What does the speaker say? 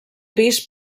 pis